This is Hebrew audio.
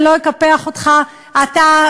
שאני לא אקפח אותך אתה,